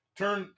turn